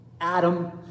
Adam